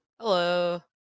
Hello